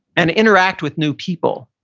and interact with new people.